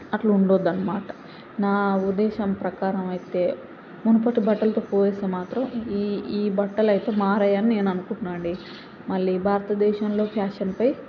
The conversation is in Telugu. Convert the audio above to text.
అట్లా ఉండొద్దన్నమాట నా ఉద్దేశం ప్రకారం అయితే మునుపటి బట్టలతో పోలిస్తే మాత్రం ఈ ఈ బట్టలైతే మారాయని నేను అనుకుంటున్నాను అండి మళ్ళీ భారతదేశంలో ఫ్యాషన్పై